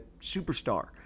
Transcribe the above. superstar